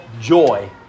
joy